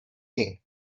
king